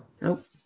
Nope